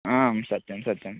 आम् सत्यं सत्यं